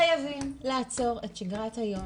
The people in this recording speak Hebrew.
חייבים לעצור את שגרת היום,